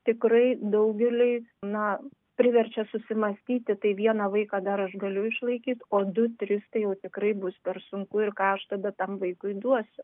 tikrai daugeliui na priverčia susimąstyti tai vieną vaiką dar aš galiu išlaikyt o du tris tai jau tikrai bus per sunku ir ką aš tada tam vaikui duosiu